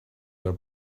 were